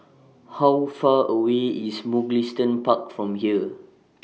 How Far away IS Mugliston Park from here